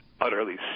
utterly